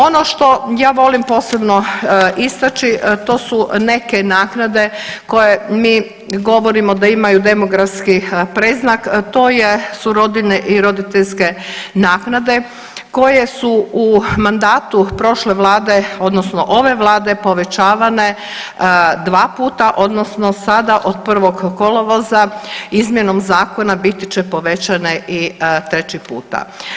Ono što ja volim posebno istaći to su neke naknade koje mi govorimo da imaju demografski predznak, to su rodiljne i roditeljske naknade, koje su u mandatu prošle Vlade, odnosno ove Vlade povećavane 2 puta, odnosno sada od 1. kolovoza, izmjenom Zakona biti će povećane i treći puta.